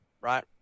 right